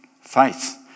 faith